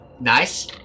Nice